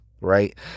right